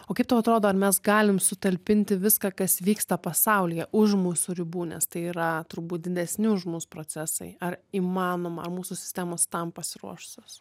o kaip tau atrodo ar mes galim sutalpinti viską kas vyksta pasaulyje už mūsų ribų nes tai yra turbūt didesni už mus procesai ar įmanoma ar mūsų sistemos tam pasiruošusios